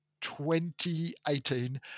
2018